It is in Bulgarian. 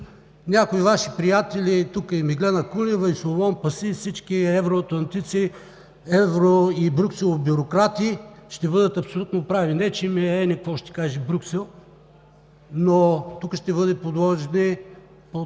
някои Ваши приятели – и Меглена Кунева, и Соломон Паси, и всички евроатлантици, евро- и Брюксел-бюрократи. Ще бъдат абсолютно прави. Не че ме е еня какво ще каже Брюксел, но тук ще бъдем подложени под тези